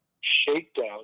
shakedown